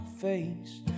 face